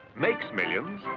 makes millions,